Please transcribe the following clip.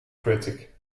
critic